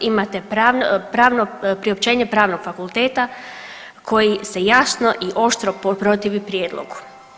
Imate priopćenje Pravnog fakulteta koji se jasno i oštro protivi prijedlogu.